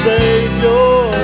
Savior